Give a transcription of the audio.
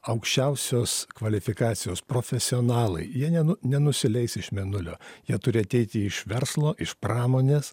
aukščiausios kvalifikacijos profesionalai jie nenusileis iš mėnulio jie turi ateiti iš verslo iš pramonės